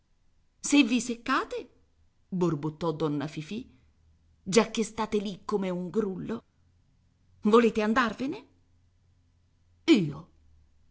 se vi seccate borbottò donna fifì giacchè state lì come un grullo volete andarvene io